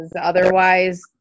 otherwise